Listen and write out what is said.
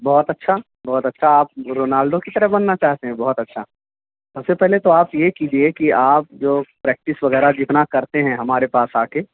بہت اچھا بہت اچھا آپ رونالڈو کی طرح بننا چاہتے ہیں بہت اچھا سب سے پہلے تو آپ یہ کیجیے کہ آپ جو پریکٹس وغیرہ جتنا کرتے ہیں ہمارے پاس آ کے